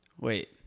Wait